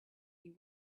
you